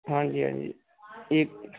ਹਾਂਜੀ ਹਾਂਜੀ ਇੱਕ